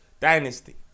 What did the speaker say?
dynasty